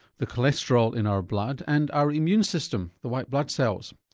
the cholesterol in our blood and our immune system, the white blood cells.